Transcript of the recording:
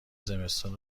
زمستون